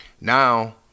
Now